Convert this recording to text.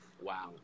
Wow